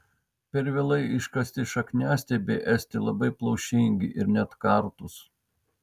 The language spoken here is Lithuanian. per vėlai iškasti šakniastiebiai esti labai plaušingi ir net kartūs